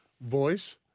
voice